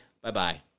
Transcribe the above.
Bye-bye